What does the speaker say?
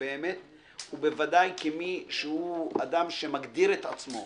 באמת ובוודאי כמי שמגדיר את עצמו